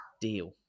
deal